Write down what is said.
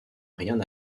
rien